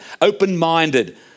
open-minded